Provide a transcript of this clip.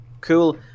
cool